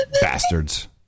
Bastards